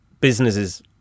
businesses